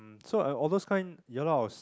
so I'm all those kind ya lah I was